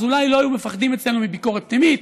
אז אולי לא היו מפחדים אצלנו מביקורת פנימית,